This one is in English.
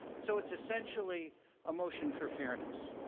so it's essentially a motion for fairness.